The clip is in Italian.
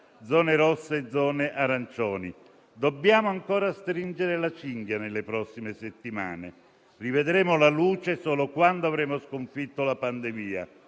zone rosse e zone arancioni. Dobbiamo ancora stringere la cinghia nelle prossime settimane. Rivedremo la luce solo quando avremo sconfitto la pandemia.